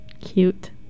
cute